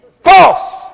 False